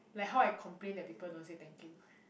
like how I complain that people don't say thank you